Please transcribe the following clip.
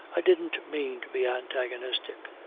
i didn't mean to be antagonistic,